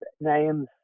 names